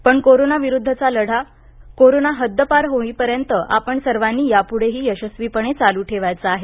पण कोरोनाविरुद्धचा लढा कोरोना हद्दपार होईपर्यंत आपण सर्वांनी याप्ढेही यशस्वीपणे चालू ठेवायचा आहे